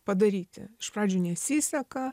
padaryti iš pradžių nesiseka